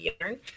yarn